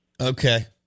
Okay